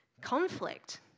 conflict